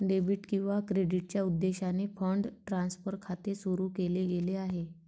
debit किंवा क्रेडिटच्या उद्देशाने फंड ट्रान्सफर खाते सुरू केले गेले आहे